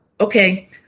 okay